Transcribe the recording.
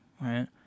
Right